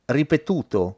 ripetuto